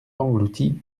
englouti